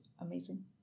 amazing